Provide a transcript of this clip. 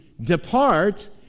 depart